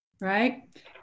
right